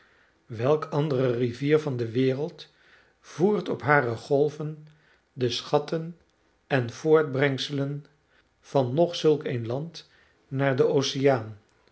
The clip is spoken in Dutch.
welke andere rivier van de wereld voert op hare golven de schatten en voortbrengselen van nog zulk een land naar den